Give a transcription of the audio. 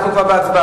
אנחנו כבר בהצבעה.